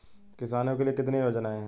किसानों के लिए कितनी योजनाएं हैं?